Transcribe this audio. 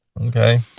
Okay